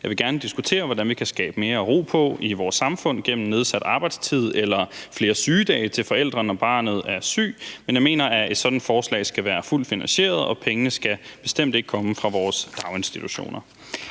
jeg vil gerne diskutere, hvordan vi kan skabe mere ro på i vores samfund gennem nedsat arbejdstid eller flere sygedage til forældre, når barnet er syg, men jeg mener, at et sådant forslag skal være fuldt finansieret, og pengene skal bestemt ikke komme fra vores daginstitutioner.